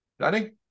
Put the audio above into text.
Danny